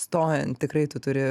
stojant tikrai tu turi